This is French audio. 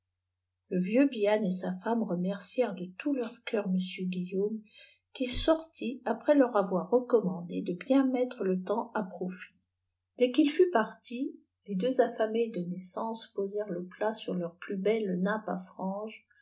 le vieux biann et sa femme remercièrent de tout leur coeur m guillaume qm sortit après leur voir ceconftnandé de bien mettre le temps à profit dès qu'il fut parti les deux affamés de naissance posèrent le plat sur leur plus belle litppe à frange